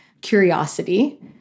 curiosity